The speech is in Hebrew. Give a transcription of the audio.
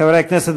חברי הכנסת,